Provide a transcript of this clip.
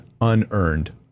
unearned